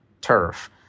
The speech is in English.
turf